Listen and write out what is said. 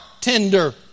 tender